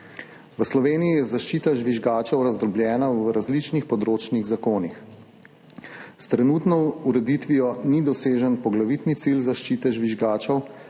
V Sloveniji je zaščita žvižgačev razdrobljena v različnih področnih zakonih. S trenutno ureditvijo ni dosežen poglavitni cilj zaščite žvižgačev,